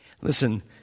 Listen